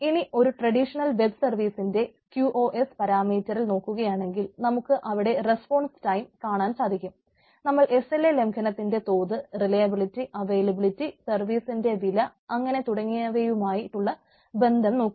ഇനി ഒരു traditional web സർവ്വീസിന്റെ സർവ്വീസിന്റെ വില അങ്ങനെ തുടങ്ങിയവയുമായിട്ടുള്ള ബന്ധം നോക്കും